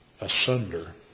asunder